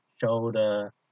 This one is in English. shoulder